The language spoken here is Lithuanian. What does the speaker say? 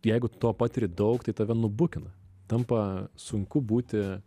jeigu tu to patiri daug tai tave nubukina tampa sunku būti